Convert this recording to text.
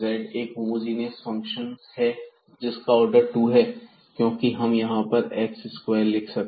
तब z एक homogeneous function है जिसका आर्डर 2 है क्योंकि यहां हम x स्क्वायर लिख सकते हैं